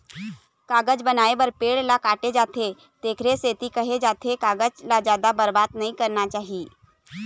कागज बनाए बर पेड़ ल काटे जाथे तेखरे सेती केहे जाथे कागज ल जादा बरबाद नइ करना चाही